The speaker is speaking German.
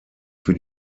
für